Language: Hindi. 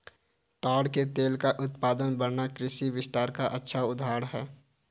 ताड़ के तेल का उत्पादन बढ़ना कृषि विस्तार का अच्छा उदाहरण है